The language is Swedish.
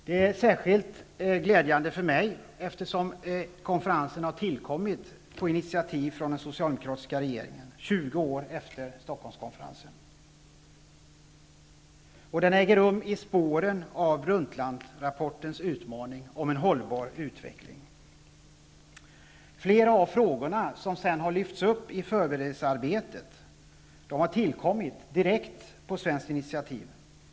Det är särskilt glädjande för mig, eftersom konferensen har tillkommit på initiativ från den socialdemokratiska regeringen, 20 år efter Stockholmskonferensen. Den äger rum i spåren av Flera av de frågor som sedan har lyfts upp i förberedelsearbetet har tillkommit direkt på svenskt initiativ.